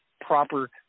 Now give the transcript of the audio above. proper